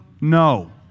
no